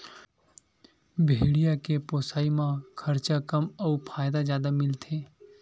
भेड़िया के पोसई म खरचा कम अउ फायदा जादा मिलथे